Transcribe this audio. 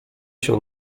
się